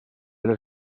les